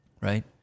right